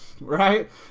right